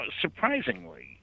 surprisingly